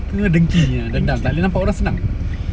dia dengki ah dendam tak boleh nampak orang senang